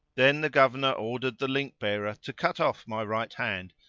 then the governor ordered the link bearer to cut off my right hand,